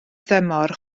dymor